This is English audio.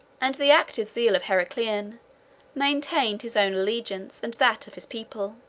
and the active zeal of heraclian maintained his own allegiance, and that of his people.